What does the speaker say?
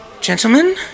gentlemen